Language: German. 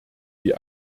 die